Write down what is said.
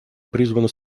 призвано